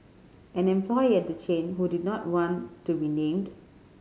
an employee at the chain who did not want to be named